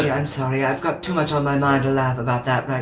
i'm sorry i've got too much on my mind to laugh about that right